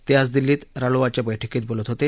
ते आज दिल्लीत रालोआच्या बैठकीत बोलत होते